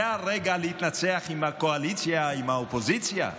זה הרגע להתנצח קואליציה עם אופוזיציה?